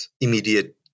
immediate